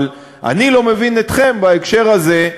אבל אני לא מבין אתכם בהקשר הזה,